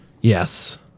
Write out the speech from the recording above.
Yes